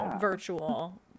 virtual